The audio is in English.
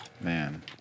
Man